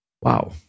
Wow